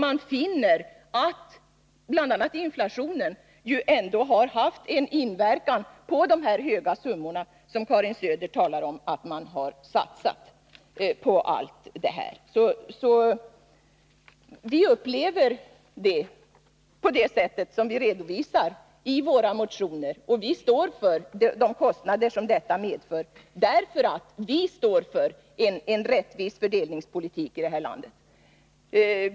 Man finner att bl.a. inflationen har haft en inverkan när det gäller de höga belopp som, enligt vad Karin Söder säger, satsats på allt detta. Vi upplever situationen på det sätt som vi redovisar i våra motioner, och vi står för de kostnader som våra förslag medför, därför att vi företräder en rättvis fördelningspolitik i det här landet.